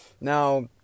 Now